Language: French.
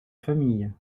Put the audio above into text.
famille